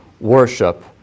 worship